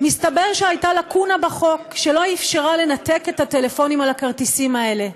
מסתבר שהייתה לקונה בחוק שלא אפשרה לנתק את הטלפונים על הכרטיסים האלה.